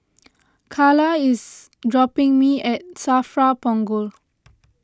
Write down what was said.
Calla is dropping me off at Safra Punggol